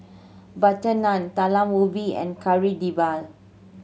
butter naan Talam Ubi and Kari Debal